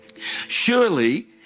Surely